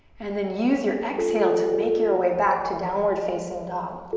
and then use your exhale to make your way back to downward facing dog.